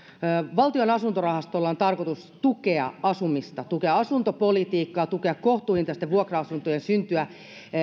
valtion asuntorahastolla on tarkoitus tukea asumista tukea asuntopolitiikkaa tukea kohtuuhintaisten vuokra asuntojen syntyä